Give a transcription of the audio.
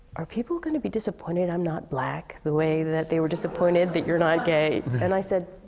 are people gonna be disappointed i'm not black, the way that they were disappointed that you're not gay? and i said,